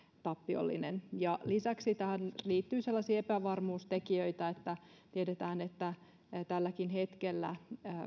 tappiollinen ja lisäksi tähän liittyy sellaisia epävarmuustekijöitä että tiedetään että tälläkin hetkellä